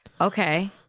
Okay